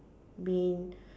being